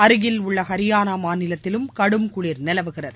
அருகில் உள்ள ஹரியானா மாநிலத்திலும் கடும் குளிா் நிலவுகிறது